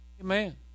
Amen